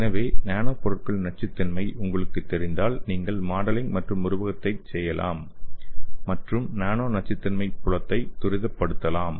எனவே நானோ பொருட்களின் நச்சுத்தன்மை உங்களுக்குத் தெரிந்தால் நாங்கள் மாடலிங் மற்றும் உருவகப்படுத்துதலைச் செய்யலாம் மற்றும் நானோ நச்சுத்தன்மை புலத்தை துரிதப்படுத்தலாம்